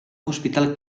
hospital